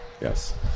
Yes